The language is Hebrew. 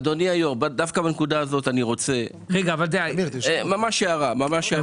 אדוני היושב-ראש, בנקודה הזאת אני רוצה ממש הערה.